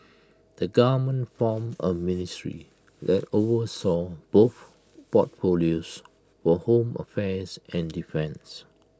the government formed A ministry that oversaw both portfolios for home affairs and defence